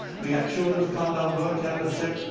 we had children's condom growing championship.